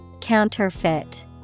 Counterfeit